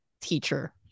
teacher